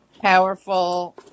powerful